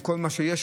עם כל מה שיש.